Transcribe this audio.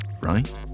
right